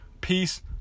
peace